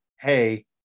Hey